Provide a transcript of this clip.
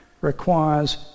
requires